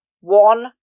one